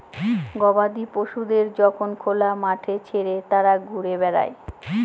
গবাদি পশুদের যখন খোলা মাঠে ছেড়ে তারা ঘুরে বেড়ায়